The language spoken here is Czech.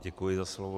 Děkuji za slovo.